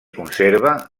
conserva